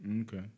Okay